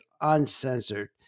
uncensored